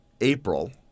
April